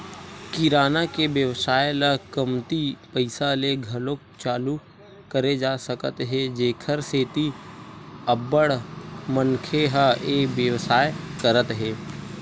किराना के बेवसाय ल कमती पइसा ले घलो चालू करे जा सकत हे तेखर सेती अब्बड़ मनखे ह ए बेवसाय करत हे